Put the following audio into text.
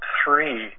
three